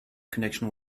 connection